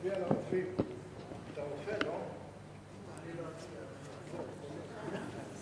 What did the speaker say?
ההצעה להעביר את הצעת חוק לתיקון פקודת הרופאים (מס' 10)